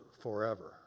forever